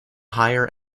higher